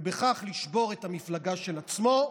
ובכך לשבור את המפלגה של עצמו,